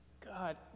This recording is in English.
God